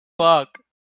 Fuck